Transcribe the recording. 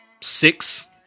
six